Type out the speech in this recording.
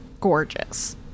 gorgeous